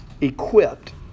equipped